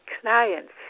clients